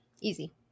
Easy